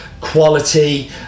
quality